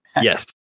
Yes